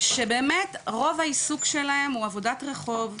שבאמת רוב העיסוק שלהם הוא עבודת רחוב,